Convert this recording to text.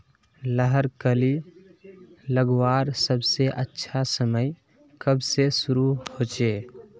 लहर कली लगवार सबसे अच्छा समय कब से शुरू होचए?